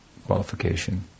qualification